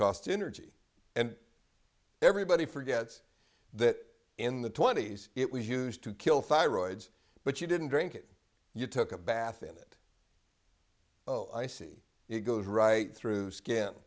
cost energy and everybody forgets that in the twenty's it was used to kill fire oids but you didn't drink it you took a bath in it oh i see it goes right through s